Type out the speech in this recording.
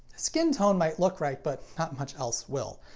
skin tone might look right, but not much else will.